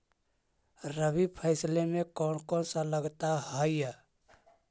रबी फैसले मे कोन कोन सा लगता हाइय?